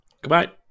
Goodbye